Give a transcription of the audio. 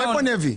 מאיפה הם יביאו?